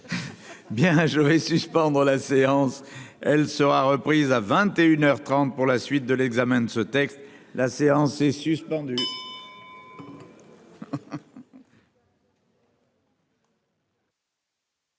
Bien, je vais suspendre la séance, elle sera reprise à 21 heures 30 pour la suite de l'examen de ce texte, la séance est suspendue.